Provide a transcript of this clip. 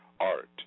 art